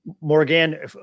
Morgan